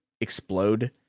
explode